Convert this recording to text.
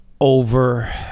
over